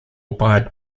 abide